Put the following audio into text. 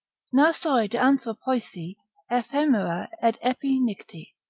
nousoi d' anthropoisi eph aemerae aed' epi nukti